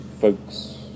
folks